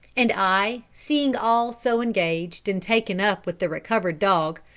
and i, seeing all so engaged and taken up with the recovered dog,